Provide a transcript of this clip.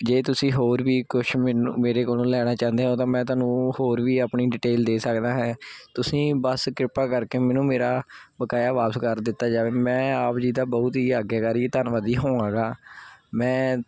ਜੇ ਤੁਸੀਂ ਹੋਰ ਵੀ ਕੁਛ ਮੈਨੂੰ ਮੇਰੇ ਕੋਲੋਂ ਲੈਣਾ ਚਾਹੁੰਦੇ ਹੋ ਤਾਂ ਮੈਂ ਤੁਹਾਨੂੰ ਹੋਰ ਵੀ ਆਪਣੀ ਡਿਟੇਲ ਦੇ ਸਕਦਾ ਹਾਂ ਤੁਸੀਂ ਬਸ ਕਿਰਪਾ ਕਰਕੇ ਮੈਨੂੰ ਮੇਰਾ ਬਕਾਇਆ ਵਾਪਸ ਕਰ ਦਿੱਤਾ ਜਾਵੇ ਮੈਂ ਆਪ ਜੀ ਦਾ ਬਹੁਤ ਹੀ ਆਗਿਆਕਾਰੀ ਧੰਨਵਾਦੀ ਹੋਵਾਂਗਾ ਮੈਂ